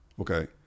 okay